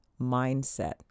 mindset